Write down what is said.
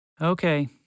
Okay